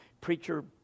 preacher